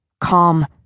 calm